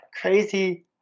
crazy